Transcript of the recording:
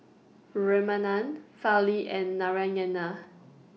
Ramanand Fali and Narayana